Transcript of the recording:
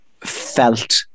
felt